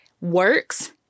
works